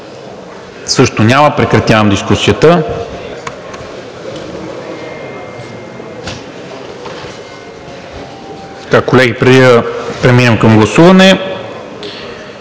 Също няма. Прекратявам дискусията. Колеги, преди да преминем към гласуване,